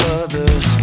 others